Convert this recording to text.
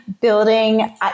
building